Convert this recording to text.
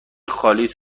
خالیت